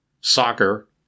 soccer